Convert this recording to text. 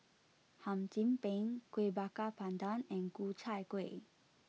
Hum Chim Peng Kueh Bakar Pandan and Ku Chai Kueh